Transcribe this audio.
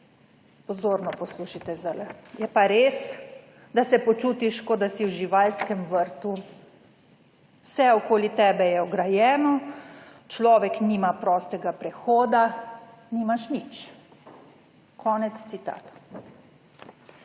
pozorno, poslušajte sedaj -, da se počutiš, kot da si v živalskem vrtu. Vse okoli tebe je ograjeno, človek nima prostega prehoda, nimaš nič.« konec citata.